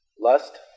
Lust